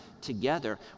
together